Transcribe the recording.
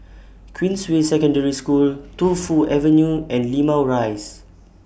Queensway Secondary School Tu Fu Avenue and Limau Rise